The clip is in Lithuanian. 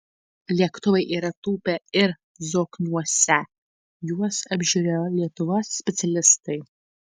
lėktuvai yra tūpę ir zokniuose juos apžiūrėjo lietuvos specialistai